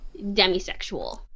demisexual